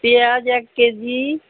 পেঁয়াজ এক কেজি